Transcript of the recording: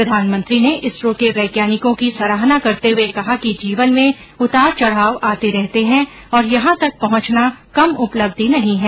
प्रधानमंत्री ने इसरो के वैज्ञानिकों की सराहना करते हुए कहा कि जीवन में उतार चढ़ाव आते रहते हैं और यहां तक पहुंचना कम उपलब्धि नहीं है